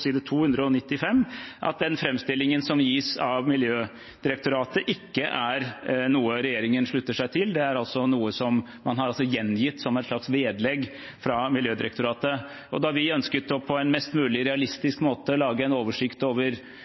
side 295 at framstillingen som gis av Miljødirektoratet, ikke er noe regjeringen slutter seg til. Det er altså noe man har gjengitt som et slags vedlegg fra Miljødirektoratet. Da vi ønsket å lage en oversikt over utslippseffekten av vår politikk på en mest mulig realistisk måte,